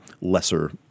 lesser